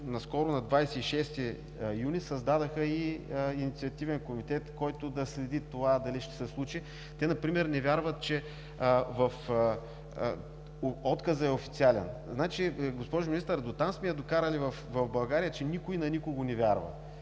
наскоро – на 26 юни, създадоха инициативен комитет, който да следи дали това ще се случи. Те например не вярват, че отказът е официален. Госпожо Министър, дотам сме я докарали в България, че никой на никого не вярва.